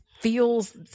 feels